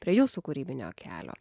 prie jūsų kūrybinio kelio